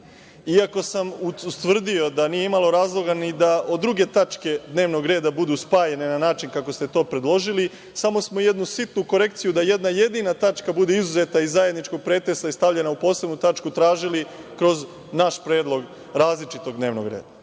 Iako sam ustvrdio da nije imalo razloga ni da druge tačke dnevnog reda budu spajane na način kako ste to predložili, samo smo jednu sitnu korekciju da jedna jedina tačka bude izuzeta iz zajedničkog pretresa i stavljena u posebnu tačku tražili kroz naš predlog različitog dnevnog reda,